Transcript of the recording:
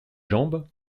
jambes